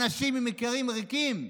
אנשים עם מקררים ריקים.